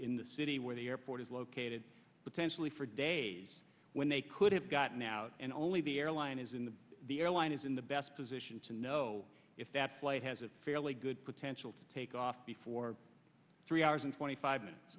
in the city where the airport is located potentially for days when they could have gotten out and only the airline is in the the airline is in the best position to know if that flight has a fairly good potential to take off before three hours and twenty five